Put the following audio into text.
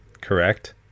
correct